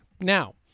Now